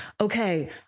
okay